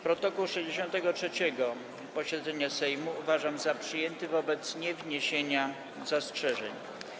Protokół 63. posiedzenia Sejmu uważam za przyjęty wobec niewniesienia zastrzeżeń.